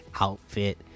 outfit